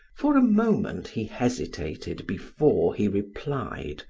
for a moment he hesitated before he replied